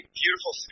beautiful